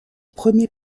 premier